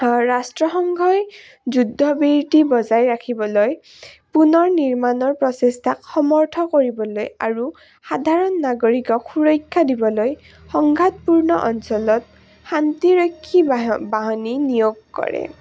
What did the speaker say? ৰাষ্ট্ৰসংঘই যুদ্ধবৃত্তি বজাই ৰাখিবলৈ পুনৰ নিৰ্মাণৰ প্ৰচেষ্টাক সমৰ্থ কৰিবলৈ আৰু সাধাৰণ নাগৰিকক সুৰক্ষা দিবলৈ সংঘাতপূৰ্ণ অঞ্চলত শান্তিৰক্ষী বাহিনী নিয়োগ কৰে